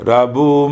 Rabu